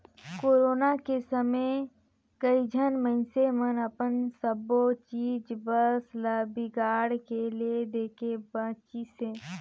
corona के समे कइझन मइनसे मन अपन सबो चीच बस ल बिगाड़ के ले देके बांचिसें